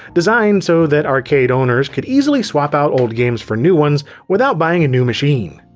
designed so that arcade owners could easily swap out old games for new ones without buying a new machine.